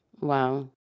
Wow